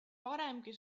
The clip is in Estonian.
varemgi